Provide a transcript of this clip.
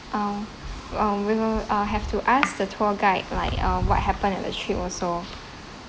um um we will uh have to ask the tour guide like uh what happen in the trip also